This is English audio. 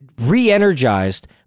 re-energized